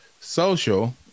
social